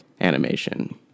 animation